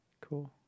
cool